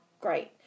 great